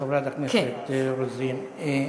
חברת הכנסת רוזין.